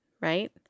right